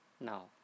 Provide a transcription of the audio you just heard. Now